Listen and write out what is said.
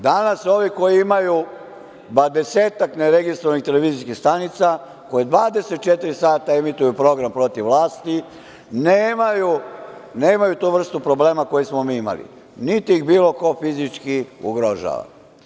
Danas ovi koji imaju dvadesetak neregistrovanih televizijskih stanica po 24 emituju program protiv vlasti, nemaju tu vrstu problema koju smo mi imali, niti ih bilo ko fizički ugrožava.